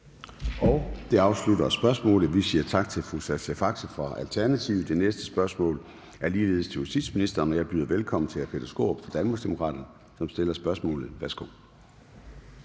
Det afslutter spørgsmålet. Vi siger tak til fru Sascha Faxe fra Alternativet. Det næste spørgsmål er ligeledes til justitsministeren, og jeg byder velkommen til hr. Peter Skaarup fra Danmarksdemokraterne, som stiller spørgsmålet. Kl.